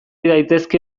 daitezke